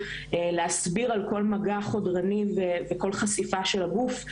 להסביר על כל מגע חודרני וכל חשיפה של הגוף,